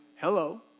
Hello